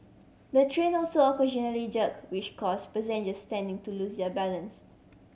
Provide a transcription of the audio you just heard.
the train also occasionally jerk which cause passenger standing to lose their balance